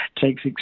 takes